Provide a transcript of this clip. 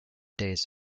days